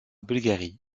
bulgarie